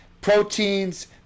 proteins